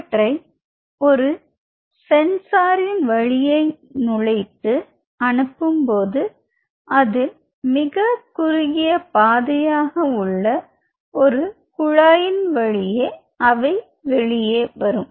இவற்றை ஒரு சென்சாரின் வழியை நுழைத்து அனுப்பும்போது அதில் மிகக் குறுகிய பாதையாக உள்ள ஒரு குழாயின் வழியே அவை வெளியே வரும்